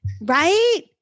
Right